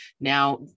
now